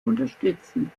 unterstützen